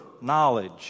knowledge